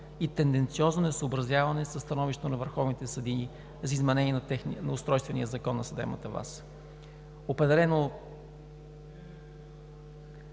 и тенденциозно несъобразяване със становището на върховните съдии за изменение на устройствения Закон за съдебната власт. Определено